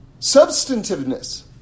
substantiveness